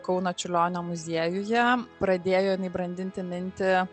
kauno čiurlionio muziejuje pradėjo brandinti mintį